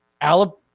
Alabama